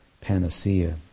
panacea